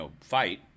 fight